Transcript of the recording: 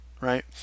right